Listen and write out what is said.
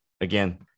again